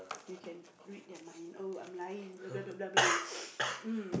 you can read their mind oh I'm lying blah blah blah blah blah